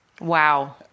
Wow